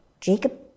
Jacob